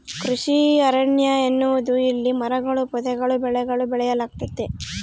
ಕೃಷಿ ಅರಣ್ಯ ಎನ್ನುವುದು ಇಲ್ಲಿ ಮರಗಳೂ ಪೊದೆಗಳೂ ಬೆಳೆಗಳೂ ಬೆಳೆಯಲಾಗ್ತತೆ